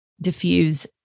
diffuse